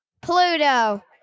Pluto